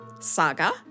Saga